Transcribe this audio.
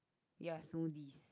yes smoothie